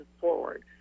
forward